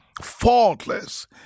Faultless